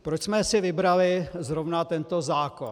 Proč jsme si vybrali zrovna tento zákon?